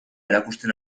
erakusten